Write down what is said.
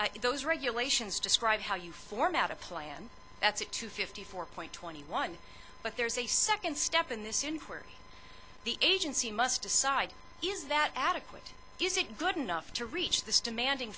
in those regulations describe how you format a plan that's at two fifty four point twenty one but there is a second step in this inquiry the agency must decide is that adequate is it good enough to reach this demanding